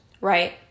right